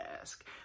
ask